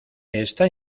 está